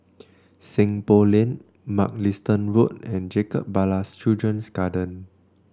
Seng Poh Lane Mugliston Road and Jacob Ballas Children's Garden